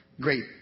Great